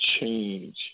change